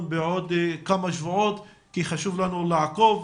בעוד כמה שבועות כי חשוב לנו לעקוב.